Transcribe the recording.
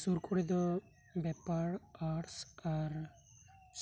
ᱥᱳᱨ ᱠᱚᱨᱮ ᱫᱚ ᱵᱮᱯᱟᱨ ᱟᱨᱴᱥ ᱟᱨ